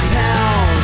town